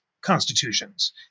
constitutions